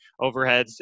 overheads